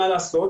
מה לעשות,